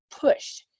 push